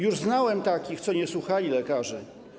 Już znałem takich, co nie słuchali lekarzy.